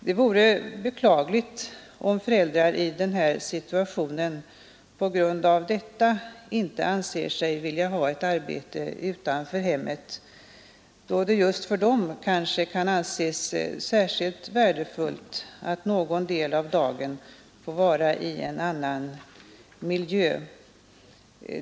Det vore beklagligt om föräldrar i den här situationen på grund av detta inte vill ha ett arbete utanför hemmet, då det just för dem kanske kan anses särskilt värdefullt att någon del av dagen få vara i annan miljö.